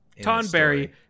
Tonberry